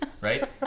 Right